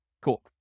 Cool